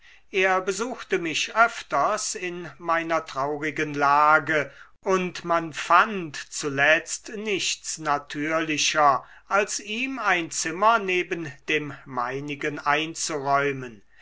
er besuchte mich öfters in meiner traurigen lage und man fand zuletzt nichts natürlicher als ihm ein zimmer neben dem meinigen einzuräumen